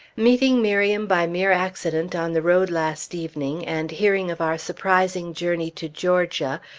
meeting miriam by mere accident on the road last evening and hearing of our surprising journey to georgia,